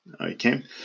okay